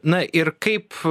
na ir kaip